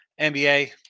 NBA